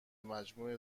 مجموع